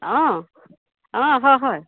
অঁ অঁ হয় হয়